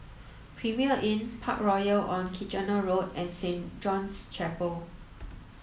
Premier Inn Parkroyal on Kitchener Road and Saint John's Chapel